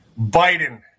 Biden